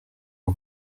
w’u